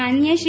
माननिय श्री